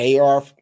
AR